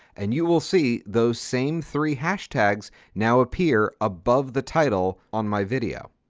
and you will see those same three hashtags now appear above the title on my video.